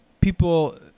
people